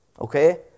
okay